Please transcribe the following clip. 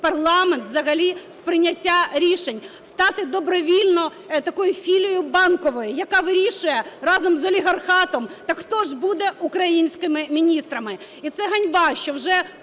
парламент взагалі з прийняття рішень, стати добровільно такою філією Банкової, яка вирішує разом з олігархатом, так хто ж буде українськими міністрами. І це ганьба, що вже